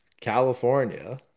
California